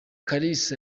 kalisa